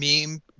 meme